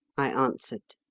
i answered.